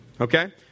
Okay